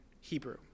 Hebrew